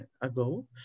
ago